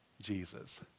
Jesus